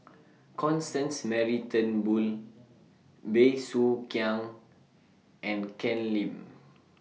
Constance Mary Turnbull Bey Soo Khiang and Ken Lim